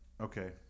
okay